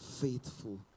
faithful